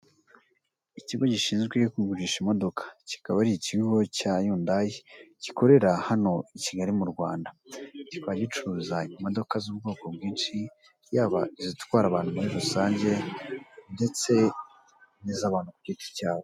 Ikigo gishinzwe kugurisha imodoka, kikaba ari ikigo cya Yundayi gikorera hano i Kigali mu Rwanda, kikaba gicuruza imodoka z'ubwoko bwinshi, yaba izitwara abantu muri rusange ndetse n'iz'abantu ku giti cyabo.